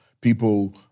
People